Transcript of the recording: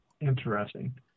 Interesting